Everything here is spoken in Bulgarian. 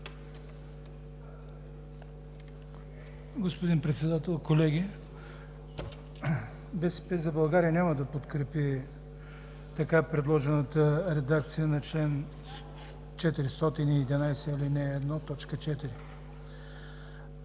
Господин Председател, колеги! „БСП за България“ няма да подкрепи така предложената редакция на чл. 411, ал. 1, т. 4.